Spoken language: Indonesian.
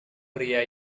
pria